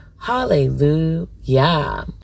Hallelujah